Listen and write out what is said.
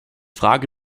frage